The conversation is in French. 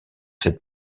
cette